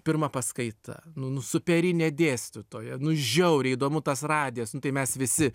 pirma paskaita nu nu superinė dėstytoja nu žiauriai įdomu tas radijas nu tai mes visi